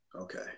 Okay